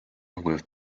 with